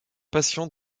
passions